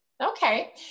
Okay